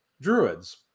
Druids